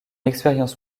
expérience